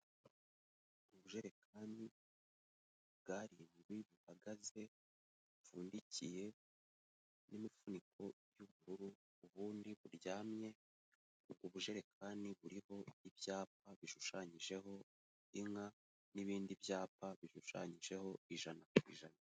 Ubujerekani bw' arindwi buhagaze, bupfundikiye n'imifuniko y'ubururu, ubundi buryamye, ubujerekani buriho ibyapa bishushanyijeho inka, n'ibindi byapa bishushanyijeho ijana ku ijana.